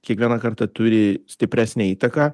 kiekvieną kartą turi stipresnę įtaką